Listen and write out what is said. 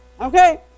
Okay